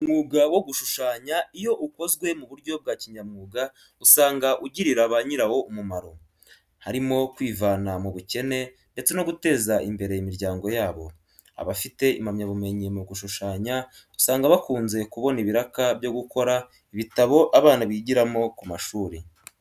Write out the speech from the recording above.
Umwuga wo gushushanya iyo ukozwe mu buryo bwa kinyamwuga usanga ugirira ba nyirawo umumaro, harimo kwivana mu bukene ndetse no guteza imbere imiryango yabo. Abafite impamyabumyenyi mu gushushanya, usanga bakunze kubona ibiraka byo gukora ibitabo abana bigiramo ku mashuri.